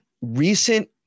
recent